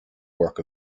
work